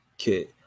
Okay